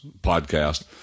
podcast